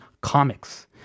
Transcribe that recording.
comics